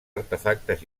artefactes